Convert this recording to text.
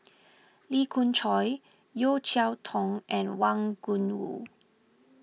Lee Khoon Choy Yeo Cheow Tong and Wang Gungwu